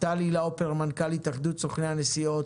טלי לאופר מנכ"לית התאחדות סוכני הנסיעות,